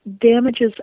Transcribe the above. damages